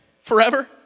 forever